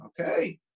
Okay